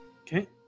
Okay